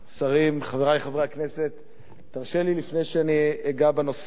שרים, חברי חברי הכנסת, תרשה לי, לפני שאגע בנושא,